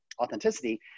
authenticity